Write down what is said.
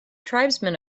tribesmen